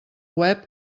web